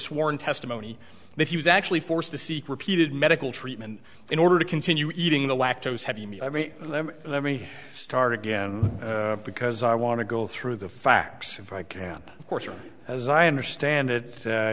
sworn testimony that he was actually forced to seek repeated medical treatment in order to continue eating the lactose heavy me i mean let me start again because i want to go through the facts if i can of course as i understand